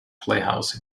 playhouse